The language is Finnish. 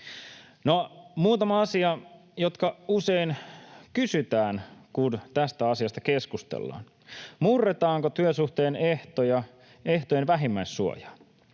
muutama asia, joita usein kysytään, kun tästä asiasta keskustellaan: Murretaanko työsuhteen ehtojen vähimmäissuojaa?